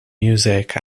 music